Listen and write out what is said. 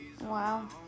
wow